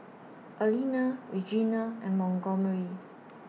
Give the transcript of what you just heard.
Alina Regina and Montgomery